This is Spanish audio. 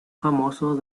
famoso